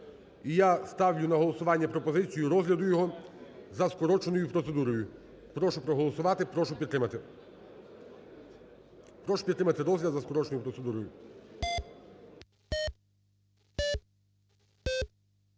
І я ставлю на голосування пропозицію розгляду його за скороченою процедурою. Прошу проголосувати, прошу підтримати. Прошу підтримати розгляд за скороченою процедурою.